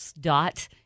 dot